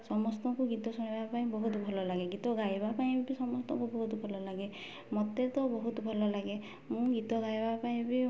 ସମସ୍ତଙ୍କୁ ଗୀତ ଶୁଣିବା ପାଇଁ ବହୁତ ଭଲ ଲାଗେ ଗୀତ ଗାଇବା ପାଇଁ ବି ସମସ୍ତଙ୍କୁ ବହୁତ ଭଲ ଲାଗେ ମୋତେ ତ ବହୁତ ଭଲ ଲାଗେ ମୁଁ ଗୀତ ଗାଇବା ପାଇଁ ବି